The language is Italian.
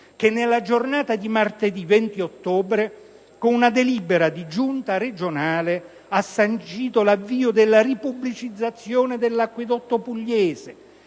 che nella giornata di martedì 20 ottobre, con una delibera di Giunta regionale, ha sancito l'avvio della ripubblicizzazione dell'Acquedotto Pugliese,